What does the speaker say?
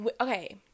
okay